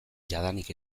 jadanik